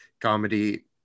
comedy